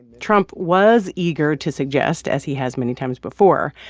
trump was eager to suggest, as he has many times before,